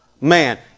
man